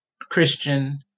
Christian